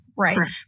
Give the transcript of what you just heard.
Right